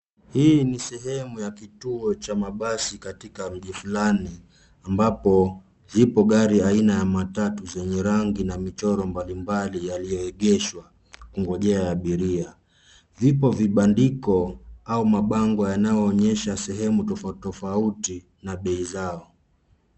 Hii ni sehemu ya kituo cha mabasi katika mji fulani ambapo zipo gari aina ya matatu zenye rangi na michoro mbalimbali yaliyoegeshwa kungojea abiria. Vipo vibandiko au mabango yanayoonyesha sehemu tofauti tofauti na bei zao.